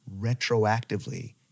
retroactively